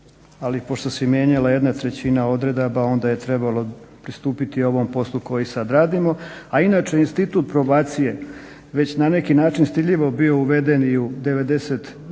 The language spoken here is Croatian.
pošto se mijenjala 1/3 odredaba onda je trebalo pristupiti ovom poslu koji sada radimo. A inače institut probacije već na neki način stidljivo bio uveden